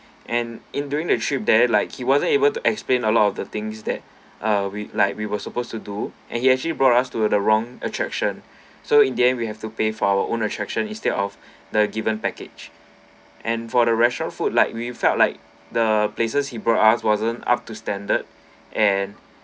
and in during the trip there like he wasn't able to explain a lot of the things that uh we like we were supposed to do and he actually brought us to the wrong attraction so in the end we have to pay for our own attraction instead of the given package and for the restaurant food like we felt like the places he brought us wasn't up to standard and